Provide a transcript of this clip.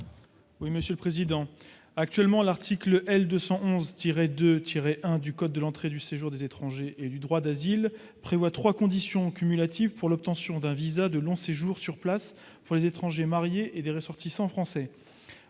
à M. Xavier Iacovelli. Actuellement, l'article L. 211-2-1 du code de l'entrée et du séjour des étrangers et du droit d'asile prévoit trois conditions cumulatives pour l'obtention d'un visa de long séjour sur place pour les étrangers mariés à des ressortissants français